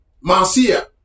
Marcia